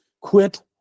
Quit